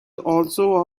also